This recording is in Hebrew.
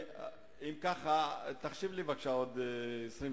אם ככה, תחשיב לי בבקשה עוד 20 30 שניות.